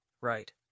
right